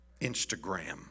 Instagram